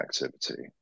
activity